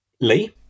Lee